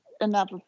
enough